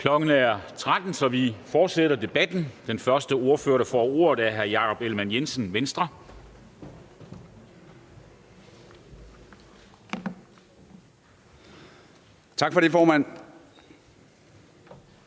Klokken er 13, så vi fortsætter debatten, og den første ordfører, der får ordet, er hr. Jakob Ellemann-Jensen, Venstre. Kl. 13:00 (Ordfører)